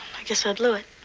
i guess i blew it.